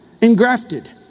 Engrafted